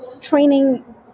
training